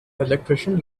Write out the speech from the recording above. electrician